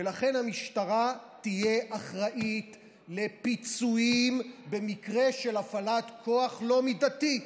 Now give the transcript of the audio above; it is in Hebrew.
ולכן המשטרה תהיה אחראית לפיצויים במקרה של הפעלת כוח לא מידתית.